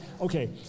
Okay